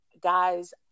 guys